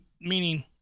meaning